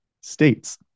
States